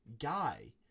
guy